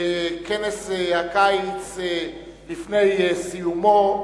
וכנס הקיץ לפני סיומו.